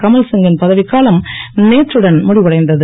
கமல் சிங் கின் பதவிக்காலம் நேற்றுடன் முடிவடைந்தது